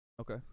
Okay